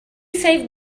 save